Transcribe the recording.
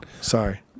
Sorry